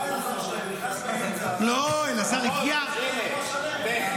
בא אלעזר שטרן,